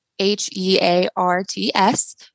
H-E-A-R-T-S